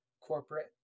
corporate